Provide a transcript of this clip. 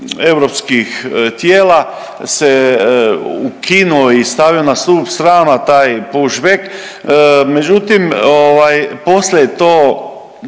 tijela se ukinuo i stavio na stup strana taj push back, međutim poslije je